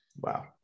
Wow